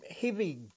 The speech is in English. heavy